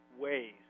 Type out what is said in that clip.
ways